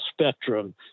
spectrum